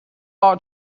ought